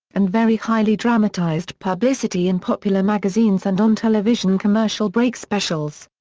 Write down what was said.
and very highly dramatized publicity in popular magazines and on television commercial break specials.